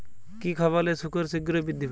কি খাবালে শুকর শিঘ্রই বৃদ্ধি পায়?